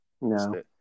No